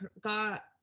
got